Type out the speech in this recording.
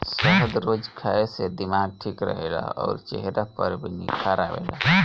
शहद रोज खाए से दिमाग ठीक रहेला अउरी चेहरा पर भी निखार आवेला